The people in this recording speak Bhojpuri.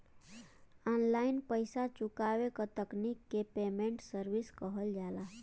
ऑनलाइन पइसा चुकावे क तकनीक के पेमेन्ट सर्विस कहल जाला